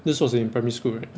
this was in primary school right